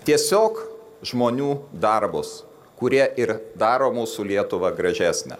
tiesiog žmonių darbus kurie ir daro mūsų lietuvą gražesnę